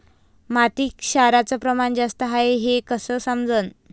मातीत क्षाराचं प्रमान जास्त हाये हे कस समजन?